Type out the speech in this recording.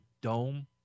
dome